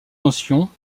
notions